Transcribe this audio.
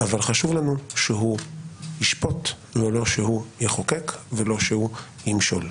אבל חשוב לנו שהוא ישפוט ולא שהוא יחוקק ולא שהוא ימשוך.